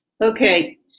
Okay